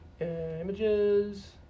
images